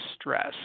stress